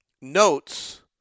notes